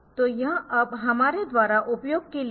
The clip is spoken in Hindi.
तो यह अब हमारे द्वारा उपयोग के लिए है